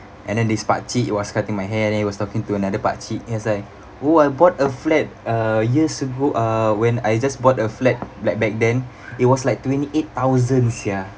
and then this pakcik was cutting my hair and then he was talking to another pakcik he was like oh I bought a flat uh years ago uh when I just bought a flat black back then it was like twenty eight thousand sia